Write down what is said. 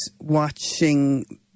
watching